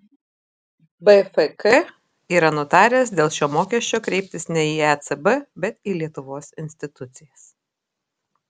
bfk yra nutaręs dėl šio mokesčio kreiptis ne į ecb bet į lietuvos institucijas